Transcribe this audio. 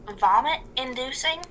vomit-inducing